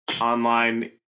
online